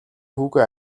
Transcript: хүүгээ